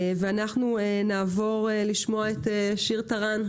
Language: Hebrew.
אנחנו נעבור לשמוע את שיר טרן.